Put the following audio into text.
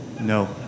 No